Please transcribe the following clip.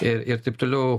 ir ir taip toliau